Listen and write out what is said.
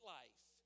life